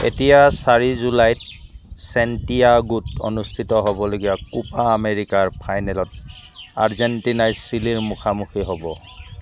এতিয়া চাৰি জুলাইত চেণ্টিয়াগোত অনুষ্ঠিত হ'বলগীয়া কোপা আমেৰিকাৰ ফাইনেলত আৰ্জেণ্টিনাই চিলিৰ মুখামুখি হ'ব